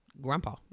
grandpa